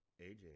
AJ